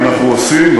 אנחנו עושים,